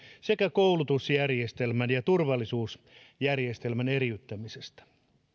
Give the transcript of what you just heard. sekä koulutusjärjestelmän ja turvallisuusjärjestelmän eriyttämisestä